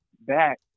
back